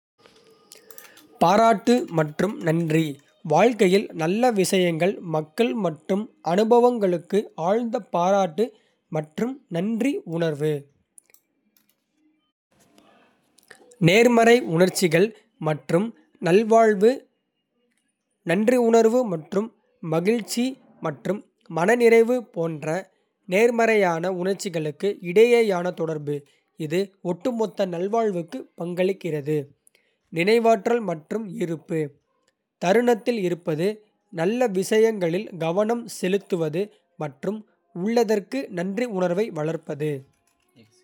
பாராட்டு மற்றும் நன்றி: வாழ்க்கையில் நல்ல விஷயங்கள், மக்கள் மற்றும் அனுபவங்களுக்கு ஆழ்ந்த பாராட்டு மற்றும் நன்றி உணர்வு. நேர்மறை உணர்ச்சிகள் மற்றும் நல்வாழ்வு: நன்றியுணர்வு மற்றும் மகிழ்ச்சி மற்றும் மனநிறைவு போன்ற நேர்மறையான உணர்ச்சிகளுக்கு இடையேயான தொடர்பு, இது ஒட்டுமொத்த நல்வாழ்வுக்கு பங்களிக்கிறது. நினைவாற்றல் மற்றும் இருப்பு: தருணத்தில் இருப்பது, நல்ல விஷயங்களில் கவனம் செலுத்துவது மற்றும் உள்ளதற்கு நன்றி உணர்வை வளர்ப்பது.